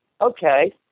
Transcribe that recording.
okay